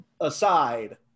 aside